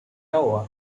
noah